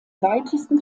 weitesten